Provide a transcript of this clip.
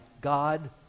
God